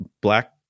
black